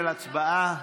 הצבעה.